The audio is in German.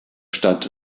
stadt